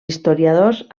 historiadors